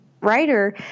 writer